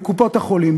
בקופות-החולים,